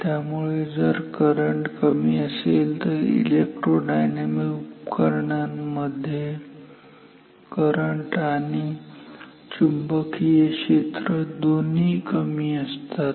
त्यामुळे जर करंट कमी असेल तर इलेक्ट्रोडायनामिक उपकरणांमध्ये करंट आणि चुंबकीय क्षेत्र दोन्हीही कमी असतात